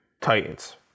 Titans